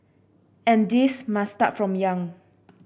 and this must start from young